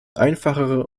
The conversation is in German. einfachere